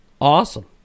Awesome